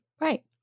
Right